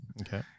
Okay